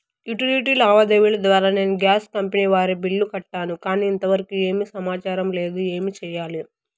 Utility లావాదేవీల ద్వారా నేను గ్యాస్ కంపెని వారి బిల్లు కట్టాను కానీ ఇంతవరకు ఏమి సమాచారం లేదు, ఏమి సెయ్యాలి?